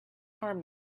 harm